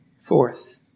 Fourth